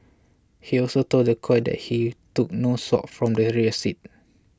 he also told the court that he took no swabs from the rear seat